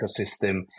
ecosystem